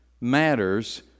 matters